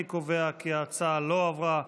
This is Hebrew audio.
אני קובע כי ההצעה לא עברה.